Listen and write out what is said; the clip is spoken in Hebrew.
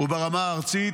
וברמה הארצית.